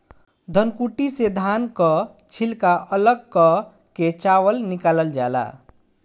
धनकुट्टी से धान कअ छिलका अलग कअ के चावल निकालल जाला